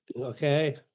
Okay